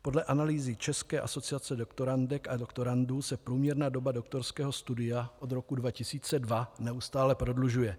Podle analýzy České asociace doktorandek a doktorandů se průměrná doba doktorského studia od roku 2002 neustále prodlužuje.